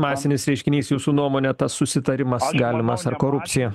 masinis reiškinys jūsų nuomone tas susitarimas galimas ar korupcija